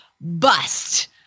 bust